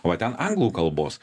o vat ten anglų kalbos